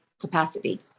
capacity